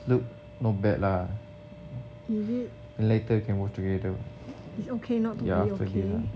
look not bad lah later can watch together yeah after dinner